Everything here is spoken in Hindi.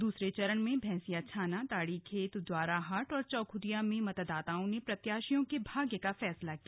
दूसरे चरण में भैसियाछाना ताड़ीखेत द्वाराहाट और चौखुटिया में मतदाताओं ने प्रत्याशियों के भाग्य का फैसला किया